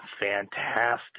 Fantastic